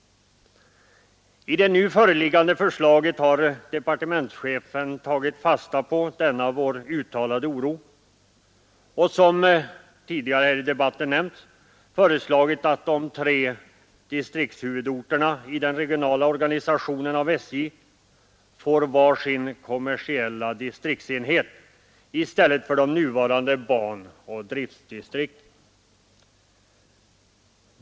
I det nu föreliggande förslaget har departementschefen tagit fasta på denna vår uttalade oro och — som nämnts tidigare i debatten — föreslagit att de tre distriktshuvudorterna i den regionala organisationen av SJ får var sin kommersiella distriktsenhet i stället för de nuvarande banoch driftdistrikten.